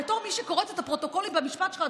בתור מי שקוראת את הפרוטוקולים במשפט שלך,